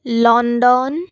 London